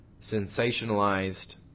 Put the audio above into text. sensationalized